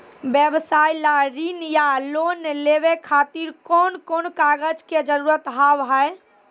व्यवसाय ला ऋण या लोन लेवे खातिर कौन कौन कागज के जरूरत हाव हाय?